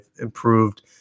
improved